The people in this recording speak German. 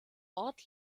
ort